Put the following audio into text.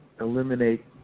Eliminate